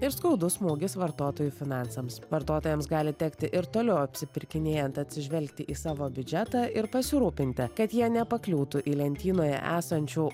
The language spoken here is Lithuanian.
ir skaudus smūgis vartotojų finansams vartotojams gali tekti ir toliau apsipirkinėjant atsižvelgti į savo biudžetą ir pasirūpinti kad jie nepakliūtų į lentynoje esančių